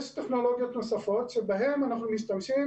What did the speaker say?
יש טכנולוגיות נוספות שבהן אנחנו משתמשים